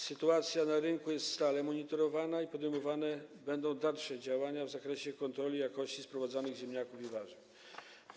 Sytuacja na rynku jest stale monitorowana i podejmowane będą dalsze działania w zakresie kontroli jakości sprowadzanych ziemniaków i innych warzyw.